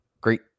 great